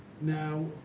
Now